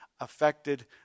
affected